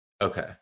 Okay